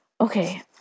Okay